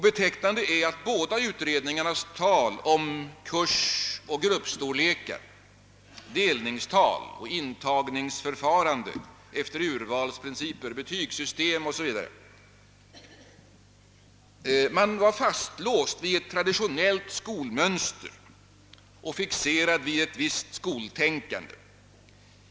Betecknande är båda utredningarnas tal om kursoch gruppstorlekar, delningstal, intagningsförfarande efter urvalsprinciper, betygssystem o. s. v. Man var fastlåst i ett traditionellt skolmönster och fixerad vid ett visst skoltänkande.